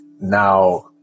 now